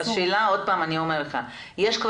השאלה אם יש כבר תקנות?